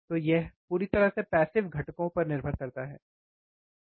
तो यह पूरी तरह से पैसिव घटकों पर निर्भर करता है ठीक है